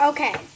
Okay